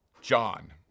John